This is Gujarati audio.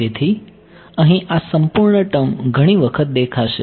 તેથી અહીં આ સંપૂર્ણ ટર્મ ઘણી વખત દેખાશે